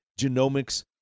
genomics